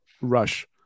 rush